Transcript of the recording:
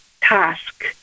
task